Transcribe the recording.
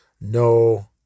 no